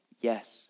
Yes